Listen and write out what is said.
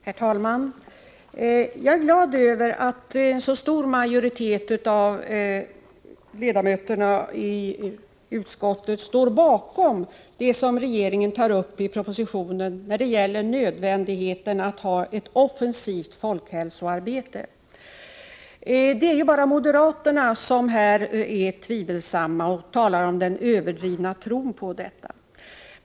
Herr talman! Jag är glad över att så stor majoritet av ledamöterna i utskottet står bakom det som regeringen tar upp i propositionen när det gäller nödvändigheten av att ha ett offensivt folkhälsoarbete. Det är ju bara moderaterna som här är tvivlande och talar om den överdrivna tilltron till detta.